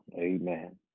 Amen